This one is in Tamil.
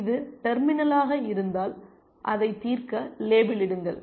இது டெர்மினலாக இருந்தால் அதை தீர்க்க லேபிளிடுங்கள்